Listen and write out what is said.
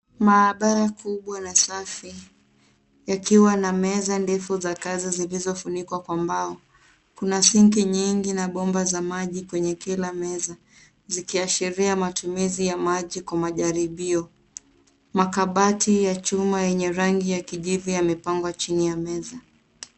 Maabara kubwa na safi yakiwa na meza ndefu za kazi zilizofunikwa kwa mbao. Kuna sinki nyingi bomba za maji kwenye kila meza zikiashiria matumizi ya maji kwa majaribio. Makabati ya chuma yenye rangi ya kijivu yamepangwa chini ya meza.